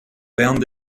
bernd